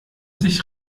sich